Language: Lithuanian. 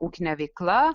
ūkinė veikla